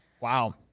Wow